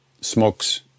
smokes